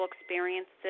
experiences